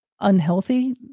unhealthy